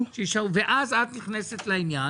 ואז את נכנסת לעניין